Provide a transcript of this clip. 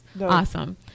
awesome